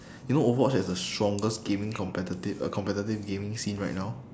you know overwatch has the strongest gaming competitive uh competitive gaming scene right now